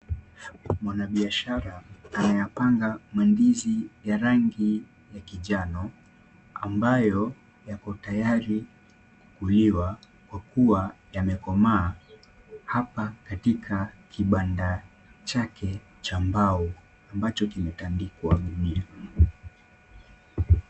Mwanabiashara anayapanga mandizi ya rangi ya kinjano ambayo yapo tayari kuliwa kwa kuwa yamekomaa hapa katika kibanda chake cha mbao ambacho kimetandikwa gunia.